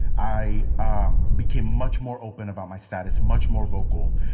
i um became much more open about my status, much more vocal.